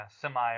semi